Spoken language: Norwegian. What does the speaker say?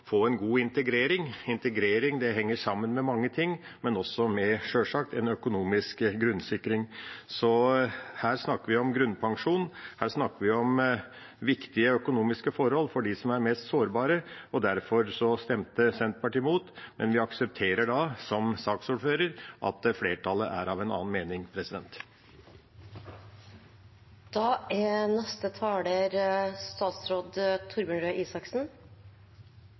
få en god integrering. Integrering henger sammen med mange ting, men også med, sjølsagt, en økonomisk grunnsikring, så her snakker vi om grunnpensjon, her snakker vi om viktige økonomiske forhold for dem som er mest sårbare. Derfor stemte Senterpartiet imot, men vi aksepterer da, som saksordføreren, at flertallet er av en annen mening. Endringene i folketrygdloven og sosialtjenesteloven er,